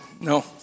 no